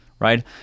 right